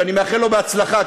ואני מאחל לו הצלחה,